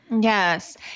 Yes